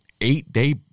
eight-day